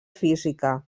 física